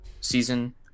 season